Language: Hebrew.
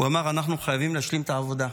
הוא אמר: אנחנו חייבים להשלים את העבודה.